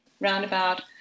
roundabout